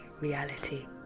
reality